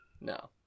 No